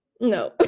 No